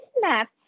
map